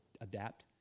adapt